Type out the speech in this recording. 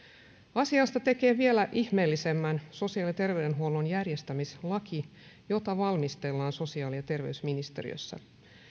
asiasta tekee vielä ihmeellisemmän sosiaali ja terveydenhuollon järjestämislaki jota valmistellaan sosiaali ja terveysministeriössä